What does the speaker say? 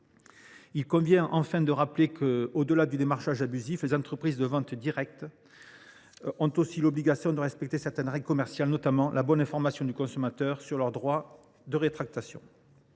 Il convient enfin de rappeler que, au delà du démarchage abusif, les entreprises de vente directe ont aussi l’obligation de respecter certaines règles commerciales, comme la bonne information du consommateur sur leur droit de rétractation.